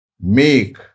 make